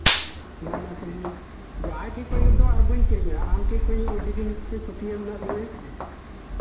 ᱚᱱᱟ ᱚᱱᱟ ᱛᱮᱜᱤ ᱡᱟᱦᱟᱸᱭ ᱴᱷᱮᱡ ᱠᱷᱚᱡ ᱫᱚ ᱟᱨ ᱵᱟᱹᱧ ᱠᱤᱨᱤᱧᱟ ᱟᱢ ᱴᱷᱮᱡ ᱠᱷᱚᱡ ᱜᱮ ᱟᱹᱰᱤ ᱫᱤᱱ ᱠᱷᱚᱡ ᱯᱟᱹᱛᱭᱟᱹᱣ ᱢᱮᱱᱟᱜ ᱛᱤᱧᱟᱹ